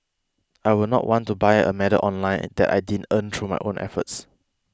I will not want to buy a medal online that I didn't earn through my own efforts